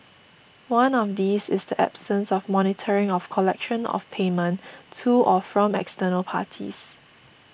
one of these is the absence of monitoring of collection of payment to or from external parties